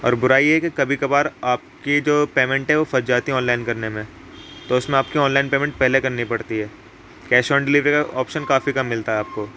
اور برائی یہ ہے کہ کبھی کبھار آپ کی جو پیمینٹ ہے وہ پھنس جاتی ہے آن لائن کرنے میں تو اس میں آپ کی آن لائن پیمینٹ پہلے کرنی پڑتی ہے کیش آن ڈلیوری کا آپشن کافی کم ملتا ہے آپ کو